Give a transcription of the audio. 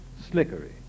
slickery